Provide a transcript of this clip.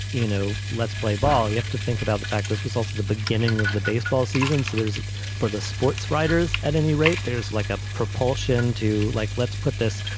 you know, let's play ball. you have to think about the fact this was also the beginning of the baseball season. so there's for the sportswriters. at any rate, there's like a propulsion to like, let's put this,